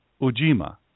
Ujima